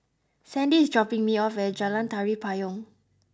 Sandie is dropping me off at Jalan Tari Payong